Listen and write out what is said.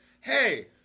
hey